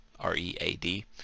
R-E-A-D